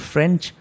French